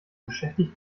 beschäftigt